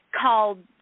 called